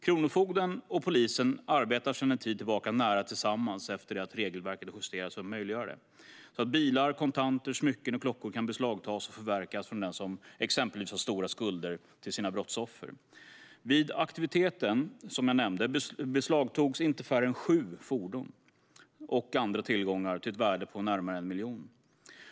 Kronofogden och polisen arbetar sedan en tid tillbaka nära tillsammans efter att regelverket justerats för att möjliggöra detta. Det innebär att bilar, kontanter, smycken och klockor kan beslagtas och förverkas från den som exempelvis har stora skulder till sina brottsoffer. Vid den aktivitet som jag nämnde beslagtogs inte mindre än sju fordon samt andra tillgångar till ett värde på närmare 1 miljon.